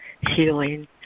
healing